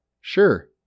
sure